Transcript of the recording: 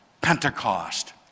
Pentecost